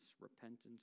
repentance